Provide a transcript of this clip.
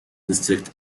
district